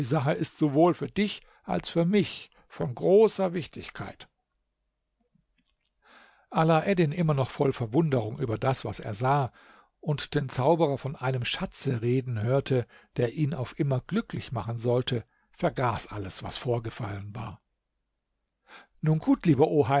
sache ist sowohl für dich als für mich von großer wichtigkeit alaeddin immer noch voll verwunderung über das was er sah und den zauberer von einem schatze reden hörte der ihn auf immer glücklich machen sollte vergaß alles was vorgefallen war nun gut lieber